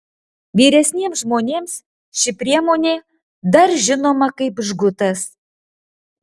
vyresniems žmonėms ši priemonė dar žinoma kaip žgutas